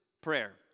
prayer